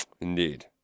Indeed